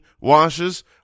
washes